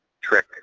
trick